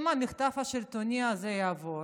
אם המחטף השלטוני הזה יעבור